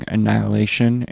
Annihilation